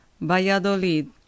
Valladolid